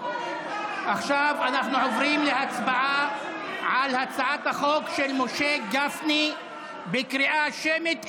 עכשיו אנחנו עוברים להצבעה על הצעת החוק של משה גפני בהצבעה שמית.